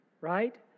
Right